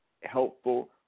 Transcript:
helpful